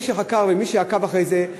מי שחקר ומי שעקב אחרי זה,